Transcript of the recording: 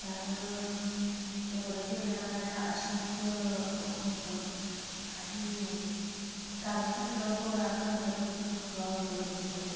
त्यामुळं एवढं देणं आम्हाला अशक्य होतं आणि कागदपत्रं गोळा करणं पण तितकं अवघड होतं